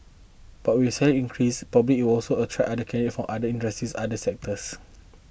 but with the salary increase probably it will also attract candidate from other industries other sectors